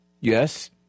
yes